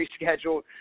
rescheduled